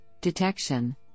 detection